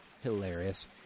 Hilarious